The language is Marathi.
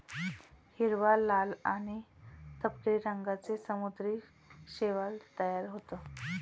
हिरवा, लाल आणि तपकिरी रंगांचे समुद्री शैवाल तयार होतं